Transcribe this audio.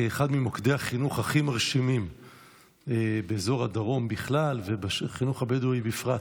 כאחד ממוקדי החינוך הכי מרשימים באזור הדרום בכלל ובחינוך הבדואי בפרט.